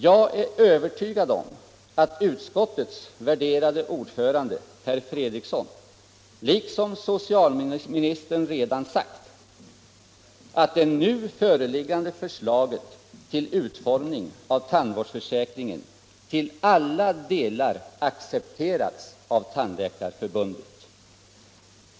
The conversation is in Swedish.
Jag är övertygad om att utskottets värderade ordförande, herr Fredriksson, kommer att säga liksom socialministern redan har gjort att det nu föreliggande förslaget till utformning av tandvårdsförsäkringen till alla delar har accepterats av Tandläkarförbundet.